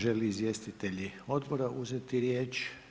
Žele li izvjestitelji odbora uzeti riječ?